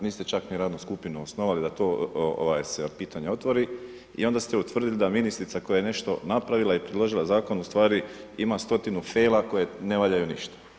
Niste čak ni radnu skupinu osnovali da to se pitanje otvori i onda ste utvrdili da ministrica koja je nešto napravila i predložila zakon u stvari ima stotinu fela koje ne valjaju ništa.